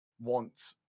want